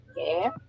Okay